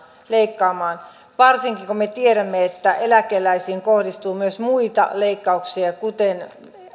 leikkaamaan varsinkin kun me tiedämme että eläkeläisiin kohdistuu myös muita leikkauksia kuten